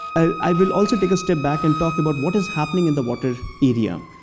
i will also take a step back and talk about what is happening in the water area.